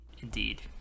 Indeed